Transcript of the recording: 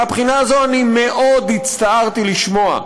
מהבחינה הזו אני מאוד הצטערתי לשמוע,